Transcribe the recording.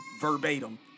verbatim